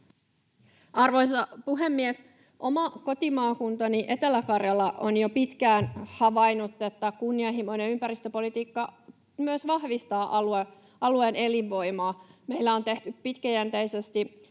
Arvoisa puhemies! Oma kotimaakuntani Etelä-Karjala on jo pitkään havainnut, että kunnianhimoinen ympäristöpolitiikka myös vahvistaa alueen elinvoimaa. Meillä on tehty pitkäjänteisesti